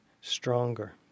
stronger